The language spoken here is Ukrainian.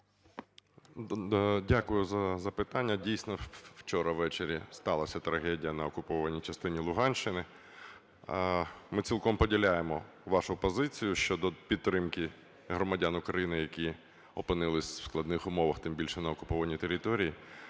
Дякую за запитання. Дійсно, вчора ввечері сталася трагедія на окупованій частині Луганщини. Ми цілком поділяємо вашу позицію щодо підтримки громадян України, які опинились в складних умовах, тим більше на окупованій території.